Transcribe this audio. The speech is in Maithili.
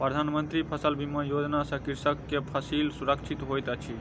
प्रधान मंत्री फसल बीमा योजना सॅ कृषक के फसिल सुरक्षित होइत अछि